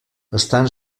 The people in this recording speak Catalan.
estan